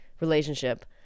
relationship